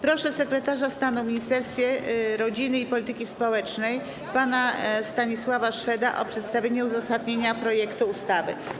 Proszę sekretarza stanu w Ministerstwie Rodziny i Polityki Społecznej pana Stanisława Szweda o przedstawienie uzasadnienia projektu ustawy.